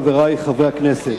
חברי חברי הכנסת,